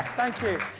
thank you.